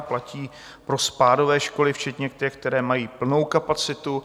Platí pro spádové školy včetně těch, které mají plnou kapacitu.